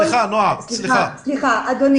אדוני,